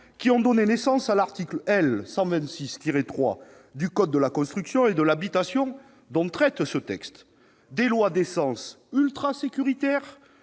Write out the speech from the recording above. a donné naissance à l'article L. 126-3 du code de la construction et de l'habitation qui est ici visé : des lois d'essence ultra-sécuritaire,